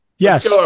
Yes